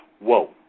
Whoa